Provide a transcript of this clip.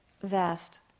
vast